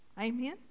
Amen